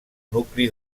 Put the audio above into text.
nucli